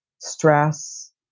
stress